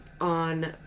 on